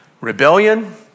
Rebellion